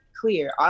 clear